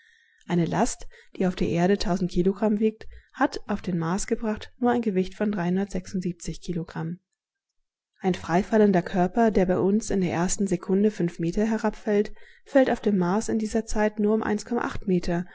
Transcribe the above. eine last die auf der erde tausend kilogramm wiegt hat auf den mars gebracht nur ein gewicht von diem ein freifallender körper der bei uns in der ersten sekunde fünf meter herabfällt fällt auf dem mars in dieser zeit nur um ein meter